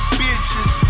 bitches